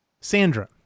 Sandra